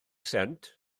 sent